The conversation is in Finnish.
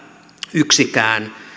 yksikään